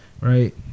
right